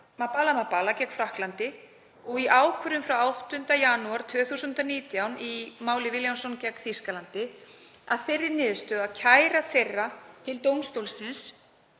M'Bala M'Bala gegn Frakklandi, og í ákvörðun frá 8. janúar 2019 í máli Williamson gegn Þýskalandi, komist að þeirri niðurstöðu að kæra þeirra til dómstólsins